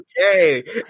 Okay